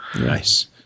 Nice